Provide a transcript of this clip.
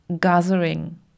gathering